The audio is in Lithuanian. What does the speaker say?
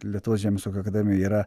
lietuvos žemės ūkio akademija yra